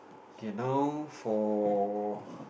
okay now for